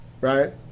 right